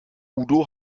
udo